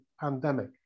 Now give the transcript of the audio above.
pandemic